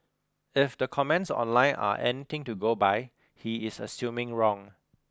if the comments online are anything to go by he is assuming wrong